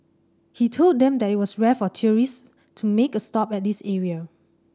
he told them there was rare for tourists to make a stop at this area